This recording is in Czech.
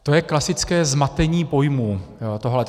To je klasické zmatení pojmů tohleto.